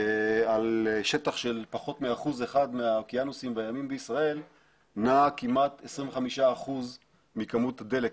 על שטח של פחות מ-1% מהאוקיינוסים בישראל נעה כמעט 30% מקמות הדלק,